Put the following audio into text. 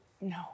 No